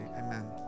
Amen